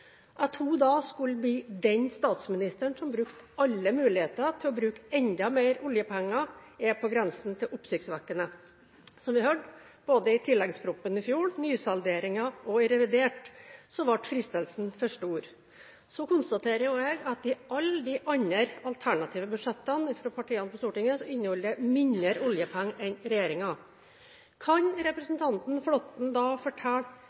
At hun da skulle bli den statsministeren som brukte alle muligheter til å bruke enda mer oljepenger, er på grensen til oppsiktsvekkende. Som vi hørte: Både i tilleggsproposisjonen i fjor, i nysalderingen og i revidert ble fristelsen for stor. Jeg konstaterer også at alle de andre, alternative budsjettene fra partiene på Stortinget inneholder mindre oljepenger enn regjeringens. Kan representanten Flåtten da fortelle